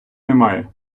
немає